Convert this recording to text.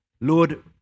Lord